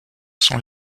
sont